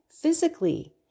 physically